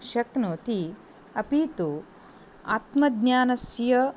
शक्नोति अपि तु आत्मज्ञानस्य